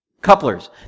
couplers